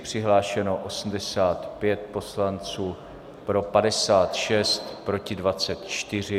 Přihlášeno 85 poslanců, pro 56, proti 24.